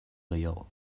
gehiago